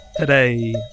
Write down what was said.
Today